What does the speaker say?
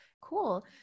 cool